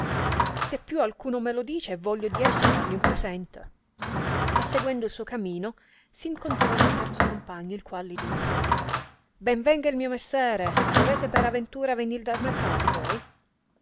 se più alcuno me lo dice voglio di esso farli un presente e seguendo il suo camino s'incontrò nel terzo compagno il qual li disse ben venga il mio messere dovete per aventura venir dal mercato voi